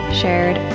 shared